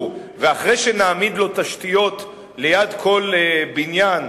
ואחרי שנעמיד לו תשתיות ליד כל בניין,